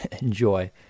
enjoy